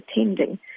attending